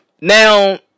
Now